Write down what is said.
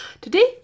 Today